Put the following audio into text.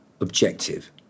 objective